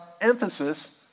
emphasis